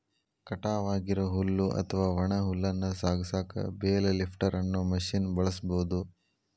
ಕಟಾವ್ ಆಗಿರೋ ಹುಲ್ಲು ಅತ್ವಾ ಒಣ ಹುಲ್ಲನ್ನ ಸಾಗಸಾಕ ಬೇಲ್ ಲಿಫ್ಟರ್ ಅನ್ನೋ ಮಷೇನ್ ಬಳಸ್ಬಹುದು